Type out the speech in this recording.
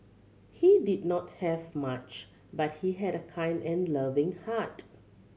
he did not have much but he had a kind and loving heart